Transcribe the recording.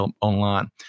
online